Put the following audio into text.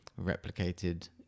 replicated